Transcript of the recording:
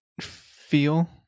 feel